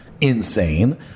Insane